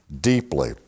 deeply